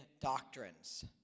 doctrines